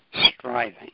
Striving